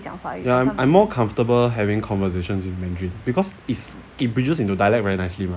ya I'm more comfortable having conversations in mandarin because is it bridges into dialect very nicely mah